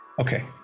Okay